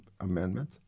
amendment